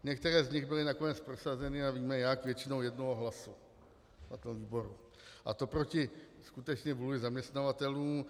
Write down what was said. Některé z nich byly nakonec prosazeny a víme jak většinou jednoho hlasu na výboru, a to proti skutečně vůli zaměstnavatelů.